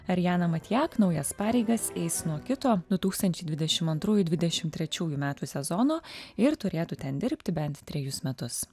ariana matjak naujas pareigas eis nuo kito du tūkstančiai dvidešim antrųjų dvidešim trečiųjų metų sezono ir turėtų ten dirbti bent trejus metus